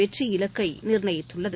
வெற்றி இலக்கை நிர்ணயித்துள்ளது